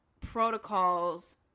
protocols